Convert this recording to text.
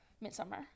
Midsummer